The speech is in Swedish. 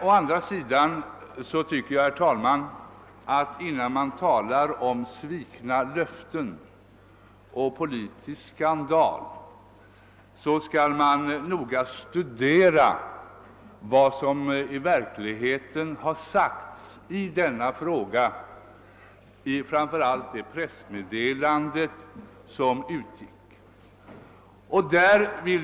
Å andra sidan tycker jag att man, innan man talar om svikna löften och politisk skandal, noga borde studera vad som i verkligen sagts i denna fråga, framför allt i det pressmeddelande som utgick.